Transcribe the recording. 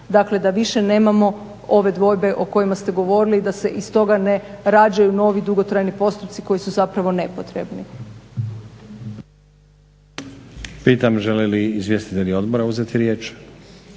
dakle da više nemamo ove dvojbe o kojima ste govorili i da se iz toga ne rađaju novi dugotrajni postupci koji su zapravo nepotrebni.